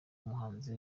umuhanzi